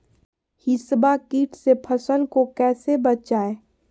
हिसबा किट से फसल को कैसे बचाए?